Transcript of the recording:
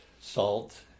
Salt